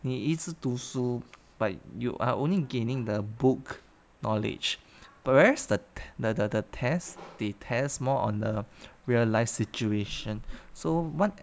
你一直读书 but you are only gaining the book knowledge but whereas the the the the test they test more on the real life situation so what